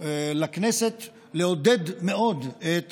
של הכנסת לעודד מאוד את